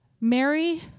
Mary